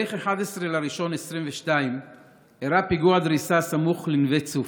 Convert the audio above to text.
בתאריך 11 בינואר 2022 אירע פיגוע דריסה סמוך לנווה צוף.